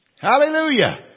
Hallelujah